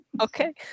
Okay